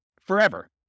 Forever